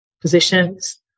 positions